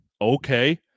Okay